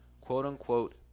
quote-unquote